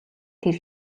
тэр